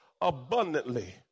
abundantly